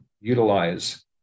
utilize